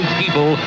people